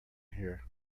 here